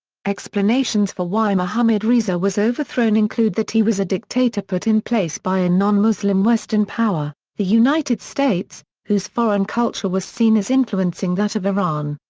explanations for why mohammad reza was overthrown include that he was a dictator put in place by a non-muslim western power, the united states, whose foreign culture was seen as influencing that of iran.